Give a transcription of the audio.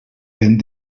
vent